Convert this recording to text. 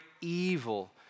evil